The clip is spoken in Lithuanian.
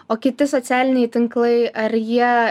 o kiti socialiniai tinklai ar jie